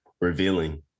revealing